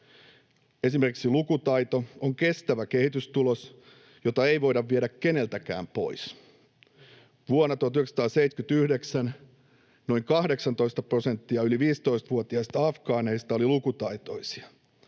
Esimerkiksi lukutaito on kestävä kehitystulos, jota ei voi viedä keneltäkään pois. Vuonna 1979 noin 18 prosenttia yli 15-vuotiaista afgaaneista oli lukutaitoisia.